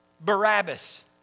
Barabbas